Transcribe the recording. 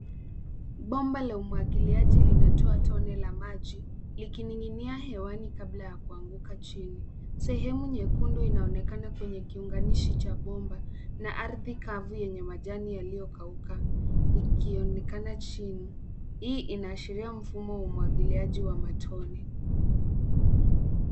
Bomba la umwagiliaji linatoa tone la maji likining’inia hewani kabla ya kuanguka chini. Sehemu nyekundu inaonekana kwenye kiunganishi cha bomba na ardhi kavu yenye majani yaliyokauka ikionekana chini. Hii inashiria mfumo wa umwagiliaji wa matone.